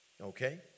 Okay